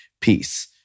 peace